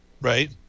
Right